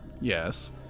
Yes